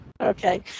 Okay